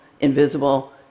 invisible